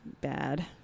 bad